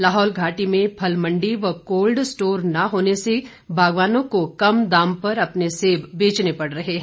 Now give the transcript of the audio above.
लाहौल घाटी में फल मंडी व कोल्ड स्टोर न होने से बागवानों को कम दाम पर अपने सेब बेचने पड़ रहे हैं